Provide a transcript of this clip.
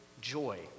joy